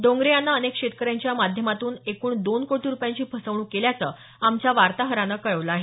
डोंगरे यानं अनेक शेतकऱ्यांची या माध्यमातून एकूण दोन कोटी रुपयांची फसवणूक केल्याचं आमच्या वार्ताहरानं कळवलं आहे